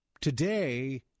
Today